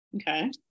Okay